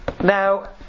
Now